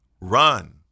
run